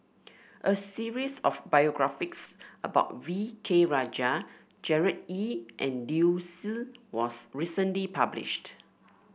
a series of biographies about V K Rajah Gerard Ee and Liu Si was recently published